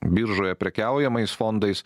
biržoje prekiaujamais fondais